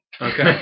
Okay